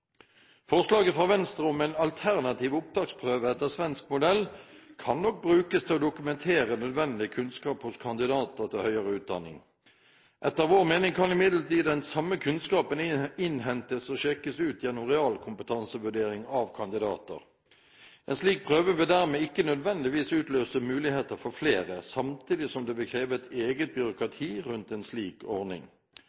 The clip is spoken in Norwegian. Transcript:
Forslaget fra Venstre om en alternativ opptaksprøve etter svensk modell kan nok brukes til å dokumentere nødvendig kunnskap hos kandidater til høyere utdanning. Etter vår mening kan imidlertid den samme kunnskapen innhentes og sjekkes ut gjennom realkompetansevurdering av kandidater. En slik prøve vil dermed ikke nødvendigvis utløse muligheter for flere, og samtidig kreves det et eget byråkrati rundt en slik ordning. Da vil